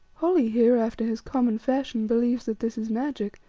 holly here, after his common fashion, believes that this is magic,